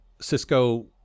Cisco